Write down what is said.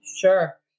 Sure